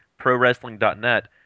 ProWrestling.net